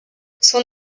son